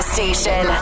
Station